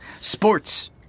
sports